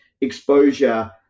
exposure